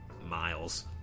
Miles